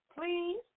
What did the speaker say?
please